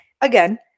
again